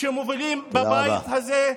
שמובילים בבית הזה.